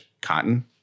cotton